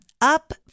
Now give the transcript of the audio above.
Up